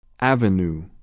Avenue